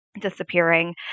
disappearing